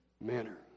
manner